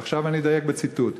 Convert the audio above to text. ועכשיו אני אדייק בציטוט: